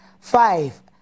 five